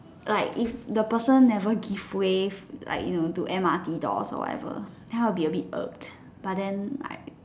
like if the person never give way like you know to M_R_T doors or whatever then I would be a bit irked but then like